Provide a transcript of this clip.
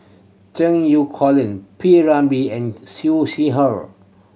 Cheng You Colin P Ramlee and Siew Sea Her